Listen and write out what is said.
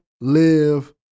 live